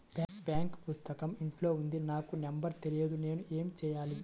Bank పుస్తకం ఇంట్లో ఉంది నాకు నంబర్ తెలియదు నేను ఏమి చెయ్యాలి?